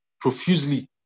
profusely